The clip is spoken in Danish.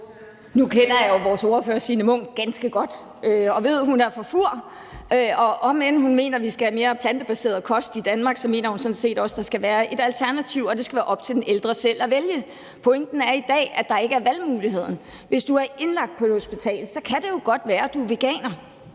Nu kender jeg jo vores ordfører Signe Munk ganske godt og ved, at hun er fra Fur, og at hun, om end hun mener, at vi skal have mere plantebaseret kost i Danmark, sådan set også mener, at der skal være et alternativ, og at det skal være op til den ældre selv at vælge. Pointen er, at der i dag ikke er valgmuligheden. Hvis man er indlagt på et hospital og man er veganer